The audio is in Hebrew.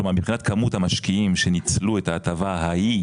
כלומר מבחינת כמות המשקיעים שניצלו את ההטבה ההיא